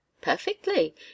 Perfectly